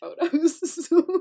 photos